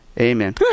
Amen